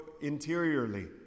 interiorly